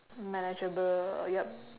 manageable yup